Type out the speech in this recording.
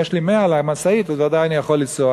אז אם יש לי 100 על המשאית אני בוודאי יכול לנסוע.